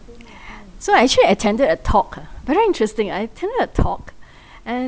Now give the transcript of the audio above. so I actually attended a talk ah very interesting I attended a talk and